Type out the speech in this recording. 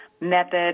method